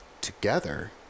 together